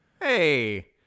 Hey